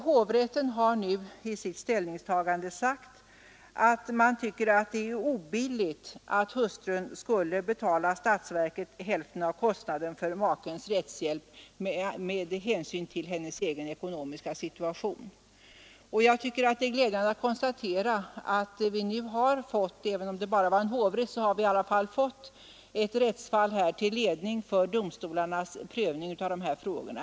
Hovrätten har nu i sitt ställningstagande förklarat att det är obilligt med hänsyn till hustruns egen ekonomiska situation att hon skulle betala statsverket hälften av kostnaden för makens rättshjälp. Det är glädjande att kunna konstatera att vi nu — även om det bara var fråga om en hovrätt — i alla fall har fått ett rättsfall till ledning för domstolarnas prövning av sådana här frågor.